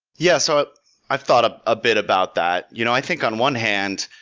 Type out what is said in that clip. yeah. so i thought a ah bit about that. you know i think on one hand,